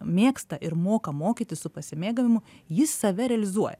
mėgsta ir moka mokytis su pasimėgavimu jis save realizuoja